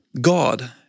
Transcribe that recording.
God